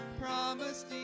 Promise